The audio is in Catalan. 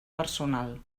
personal